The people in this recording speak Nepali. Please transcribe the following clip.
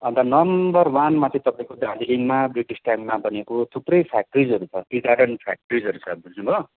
अन्त नम्बर वानमा चाहिँ तपाईँको दार्जिलिङमा ब्रिटिस टाइममा बनिएको थुप्रै फ्याक्ट्रिजहरू छ टी गार्डन फ्याक्ट्रिजहरू छ बुझ्नुभयो